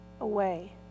away